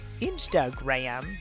Instagram